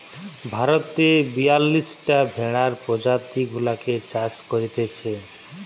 ভারতে বিয়াল্লিশটা ভেড়ার প্রজাতি গুলাকে চাষ করতিছে